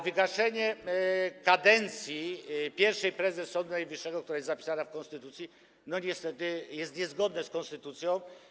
Wygaszenie kadencji pierwszej prezes Sądu Najwyższego, która to kadencja jest zapisana w konstytucji, niestety jest niezgodne z konstytucją.